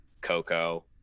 Coco